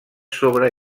sobre